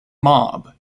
mob